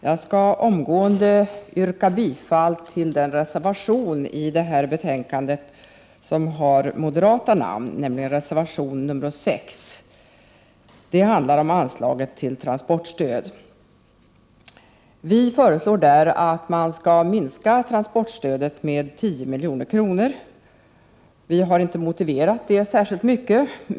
Jag skall omedelbart yrka bifall till den reservation i detta betänkande som har undertecknats av moderater, nämligen reservation 6 som handlar om anslaget till transportstöd. Vi föreslår, utan att motivera förslaget särskilt mycket, att man skall minska transportstödet med 10 milj.kr.